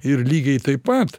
ir lygiai taip pat